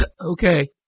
Okay